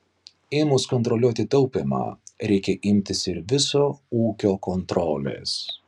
ėmus kontroliuoti taupymą reikia imtis ir viso ūkio kontrolės